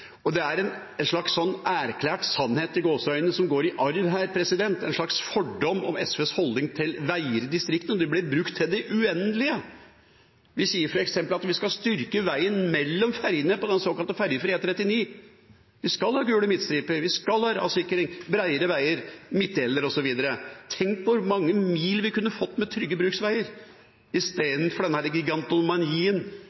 i fanget. Det er en slags erklært «sannhet» som går i arv her, en slags fordom mot SVs holdning til veier i distriktene, og det blir brukt i det uendelige. Vi sier f.eks. at vi skal styrke veien mellom fergene på den såkalt fergefrie E39. Vi skal ha gule midtstriper. Vi skal ha rassing, breiere veier, midtdelere osv. Tenk hvor mange mil vi kunne fått med trygge bruksveier